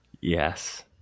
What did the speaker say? Yes